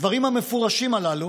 הדברים המפורשים הללו